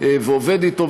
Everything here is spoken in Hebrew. ועובד אתו.